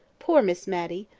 poor miss matty!